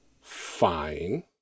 fine